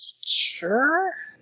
sure